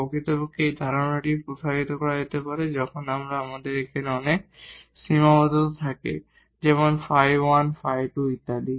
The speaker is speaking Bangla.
প্রকৃতপক্ষে এই ধারণাটি প্রসারিত করা যেতে পারে যখন আমাদের অনেক সীমাবদ্ধতা থাকে যেমন ফাই 1 ফাই 2 ইত্যাদি